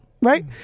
right